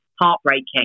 heartbreaking